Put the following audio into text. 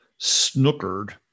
snookered